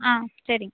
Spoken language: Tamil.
ஆ சரிங்க